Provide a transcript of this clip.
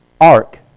ark